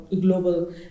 global